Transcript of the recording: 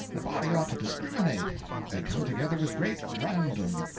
a body ought to discriminate they come together with great random,